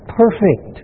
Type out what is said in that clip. perfect